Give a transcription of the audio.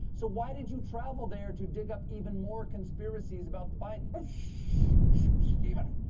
so why did you travel there to dig up even more conspiracies about the bidens? shhhhh! stephen,